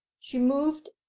she moved,